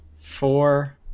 four